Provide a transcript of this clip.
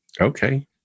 Okay